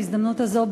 בהזדמנות הזו,